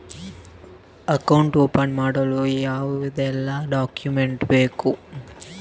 Account open ಮಾಡಲು ಯಾವೆಲ್ಲ document ಬೇಕು?